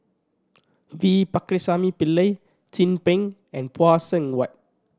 V Pakirisamy Pillai Chin Peng and Phay Seng Whatt